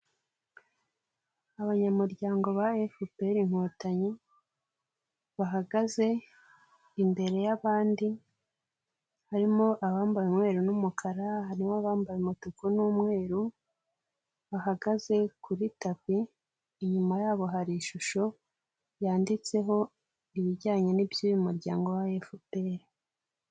Abanyamuryango ba FPR Inkotanyi, bahagaze imbere y'abandi, harimo abambaye umwere n'umukara, harimo abambaye umutuku n'umweru, bahagaze kuri tapi, inyuma yabo hari ishusho yanditseho ibijyanye n'iby'uyu muryango wa FPR.